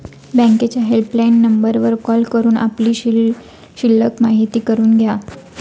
बँकेच्या हेल्पलाईन नंबरवर कॉल करून आपली शिल्लक माहिती करून घ्या